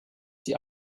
die